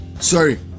sorry